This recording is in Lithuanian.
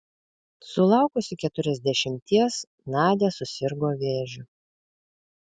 sulaukusi keturiasdešimties nadia susirgo vėžiu